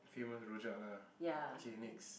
famous rojak lah K next